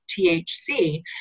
THC